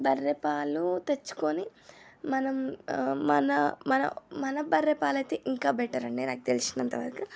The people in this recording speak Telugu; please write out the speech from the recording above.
బర్రె పాలు తెచ్చుకోని మనం మన మన మన బర్రె పాలైతే ఇంకా బెటర్ అండి నాకు తెలిసినంత వరకు